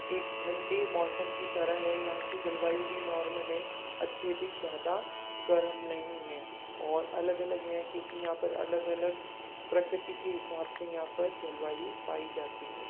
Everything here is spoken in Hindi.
एक ठंडे मौसम की तरह है यहाँ की जलवायु भी नॉर्मल है अत्यधिक ज़्यादा गर्म नहीं है और अलग अलग है क्योंकि यहाँ पर अलग अलग प्रकृति के हिसाब से यहाँ पर जलवायु पाई जाती हैं